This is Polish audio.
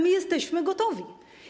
My jesteśmy gotowi.